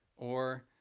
or.